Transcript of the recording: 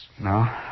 No